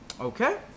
okay